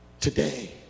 Today